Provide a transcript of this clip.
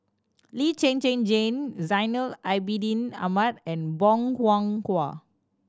Lee Zhen Zhen Jane Zainal Abidin Ahmad and Bong Hiong Hwa